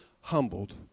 humbled